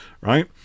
right